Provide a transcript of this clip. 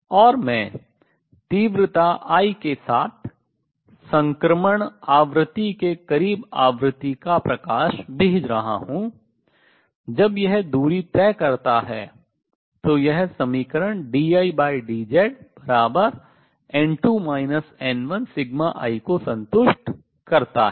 और मैं तीव्रता I के साथ संक्रमण आवृत्ति के करीब आवृत्ति का प्रकाश भेज रहा हूँI जब यह दूरी तय करता है तो यह समीकरण dI dZn2 n1σI को संतुष्ट करता है